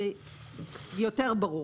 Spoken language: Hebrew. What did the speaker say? זה יותר ברור.